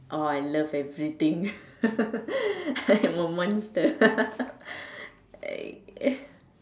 oh I love everything I'm a monster I